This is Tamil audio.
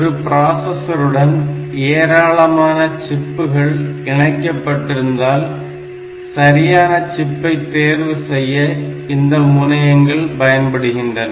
ஒரு பிராசஸருடன் ஏராளமான சிப்புகள் இணைக்கப்பட்டிருந்தால் சரியான சிப்பை தேர்வு செய்ய இந்த முனையங்கள் பயன்படுகின்றன